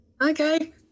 Okay